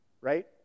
right